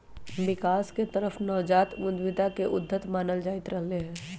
विकास के तरफ नवजात उद्यमिता के उद्यत मानल जाईंत रहले है